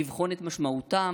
לבחון את משמעותם,